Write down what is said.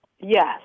Yes